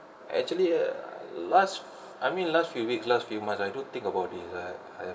actually last I mean last few weeks last few months I do think about this I I